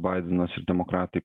baidenas ir demokratai